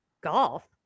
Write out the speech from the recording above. golf